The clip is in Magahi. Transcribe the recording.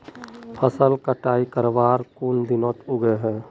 फसल कटाई करवार कुन दिनोत उगैहे?